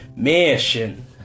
Mission